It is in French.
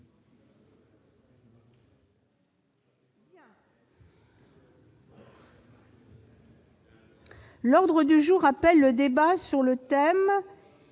L'ordre du jour appelle le débat sur Monsieur